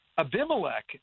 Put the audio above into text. Abimelech